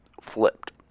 flipped